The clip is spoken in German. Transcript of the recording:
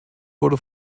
wurde